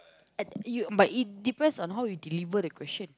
at~ you but it depends on how you deliver the question